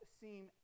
seem